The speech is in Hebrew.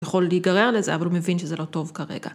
‫יכול להיגרר לזה, ‫אבל הוא מבין שזה לא טוב כרגע.